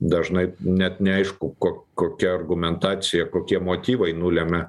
dažnai net neaišku ko kokia argumentacija kokie motyvai nulemia